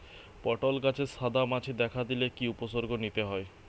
পটল গাছে সাদা মাছি দেখা দিলে কি কি উপসর্গ নিতে হয়?